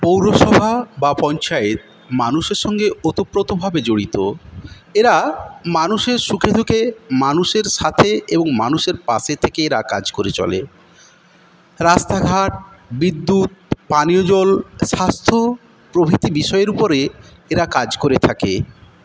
পৌরসভা বা পঞ্চায়েত মানুষের সঙ্গে ওতপ্রোতভাবে জড়িত এরা মানুষের সুখে দুখে মানুষের সাথে এবং মানুষের পাশে থেকে এরা কাজ করে চলে রাস্তাঘাট বিদ্যুৎ পানীয়জল স্বাস্থ্য প্রভৃতি বিষয়ের উপরে এরা কাজ করে থাকে